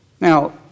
Now